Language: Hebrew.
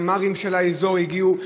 ימ"רים של האזור הגיעו.